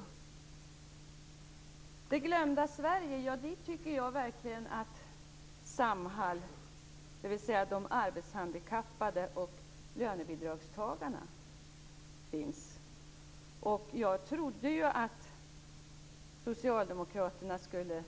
Till det glömda Sverige tycker jag verkligen att Samhall, dvs. de arbetshandikappade och lönebidragstagarna, hör. Jag trodde att Socialdemokraterna skulle